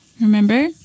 remember